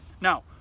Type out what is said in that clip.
Now